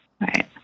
right